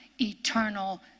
eternal